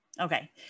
Okay